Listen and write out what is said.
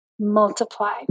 multiply